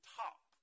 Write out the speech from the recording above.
top